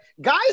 guys